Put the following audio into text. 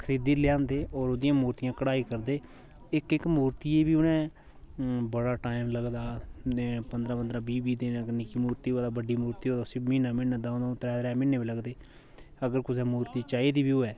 खरीदी लेआदे ओर ओह्दियां मूरतियां कड़ाई करदे गे इक इक मूरती दी बी उनें बड़ा टाईम लगदा दिन पंद्रा पंद्रा बीह् बीह् दिन निक्की मूरती बड्डी मूरती होऐ उसी म्हीनां म्हीनां दौं दौं त्रै त्रै म्हीनें बी लगदे अगर कुसै मूरती चाहि्दी दी बी होऐ